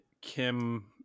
Kim